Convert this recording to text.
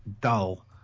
dull